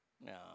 No